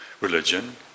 religion